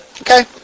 Okay